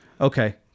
Okay